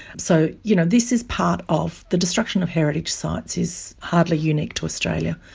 so you know this is part of, the destruction of heritage sites is hardly unique to australia,